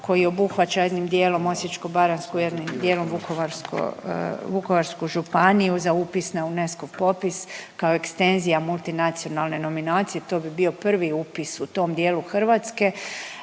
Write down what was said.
koji obuhvaća jednim dijelu Osječko-baranjsku, jednim dijelom Vukovarsko, Vukovarsku županiju za upis na UNESCO-v popis kao ekstenzija multinacionalne nominacije, to bi bio prvi upis u tom dijelu Hrvatske.